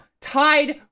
tied